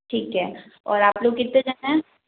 ठीक है और आप लोग कितने जने हैं